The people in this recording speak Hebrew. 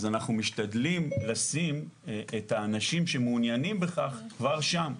אז אנחנו משתדלים לשים את האנשים שמעוניינים בכך כבר שם,